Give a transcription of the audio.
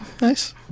Nice